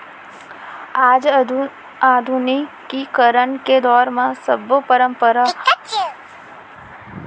आज आधुनिकीकरन के दौर म सब्बो परंपरा अउ खेती किसानी के तरीका मन नंदाए कस हो गए हे